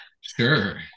Sure